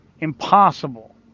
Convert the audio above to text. impossible